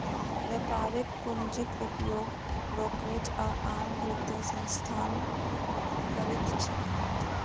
व्यापारिक पूंजीक उपयोग ब्रोकरेज आ आन वित्तीय संस्थान करैत छैक